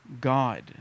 God